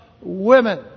women